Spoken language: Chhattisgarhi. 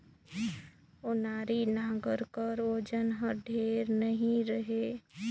ओनारी नांगर कर ओजन हर ढेर नी रहें